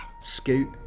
Scoot